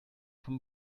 von